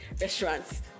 restaurants